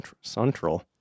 central